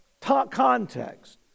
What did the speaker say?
context